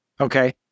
Okay